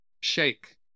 shake